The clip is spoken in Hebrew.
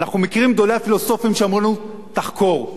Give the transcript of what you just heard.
אנחנו מכירים את גדולי הפילוסופים שאמרו לנו: תחקור,